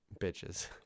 bitches